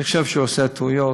אני חושב שהוא עושה טעויות,